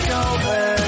over